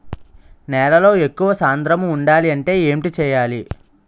నేలలో ఎక్కువ సాంద్రము వుండాలి అంటే ఏంటి చేయాలి?